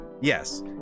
Yes